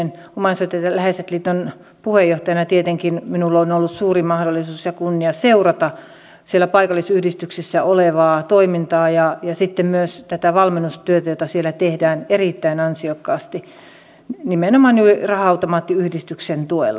omaishoitajat ja läheiset liiton puheenjohtajana tietenkin minulla on ollut suuri mahdollisuus ja kunnia seurata siellä paikallisyhdistyksissä olevaa toimintaa ja sitten myös tätä valmennustyötä jota siellä tehdään erittäin ansiokkaasti nimenomaan raha automaattiyhdistyksen tuella